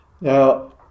Now